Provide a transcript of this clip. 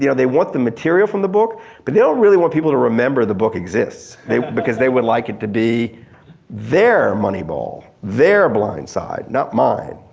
you know they want the material from the book but they don't really want people to remember the book exists because they would like it to be their money ball, their blind side, not mine.